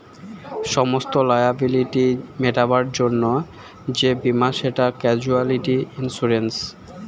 সমস্ত লায়াবিলিটি মেটাবার জন্যে যেই বীমা সেটা ক্যাজুয়ালটি ইন্সুরেন্স